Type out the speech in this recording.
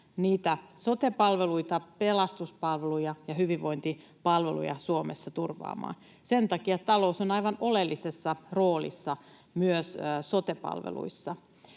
sote-palveluja, pelastuspalveluja ja hyvinvointipalveluja Suomessa turvaamaan. Sen takia talous on aivan oleellisessa roolissa myös sote-palveluissa.